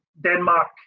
Denmark